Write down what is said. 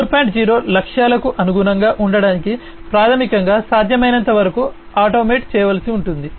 0 లక్ష్యాలకు అనుగుణంగా ఉండటానికి ప్రాథమికంగా సాధ్యమైనంతవరకు ఆటోమేట్ చేయవలసి ఉంటుంది